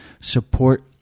support